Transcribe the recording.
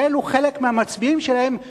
שאלו חלק מהמצביעים שלהם,